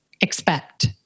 expect